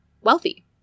wealthy